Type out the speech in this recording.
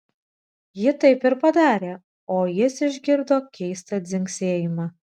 ji taip ir padarė o jis išgirdo keistą dzingsėjimą